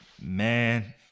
Man